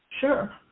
Sure